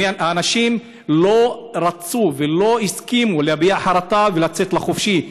האנשים לא רצו ולא הסכימו להביע חרטה ולצאת לחופשי,